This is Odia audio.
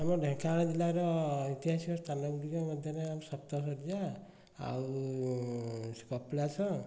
ଆମ ଢେଙ୍କାନାଳ ଜିଲ୍ଲାର ଐତିହାସିକ ସ୍ଥାନଗୁଡ଼ିକ ମଧ୍ୟରେ ଆମ ସପ୍ତସଜ୍ୟା ଆଉ ସେ କପିଳାସ